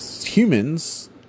humans